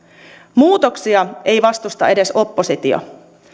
muutoksia ei vastusta edes oppositio